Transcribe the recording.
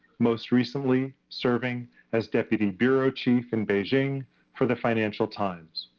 most recently, serving as deputy bureau chief in beijing for the financial times.